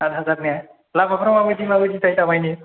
आथ हाजार ने लामाफ्रा माबायदि माबायदिथाय दा मानि